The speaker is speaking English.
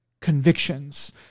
convictions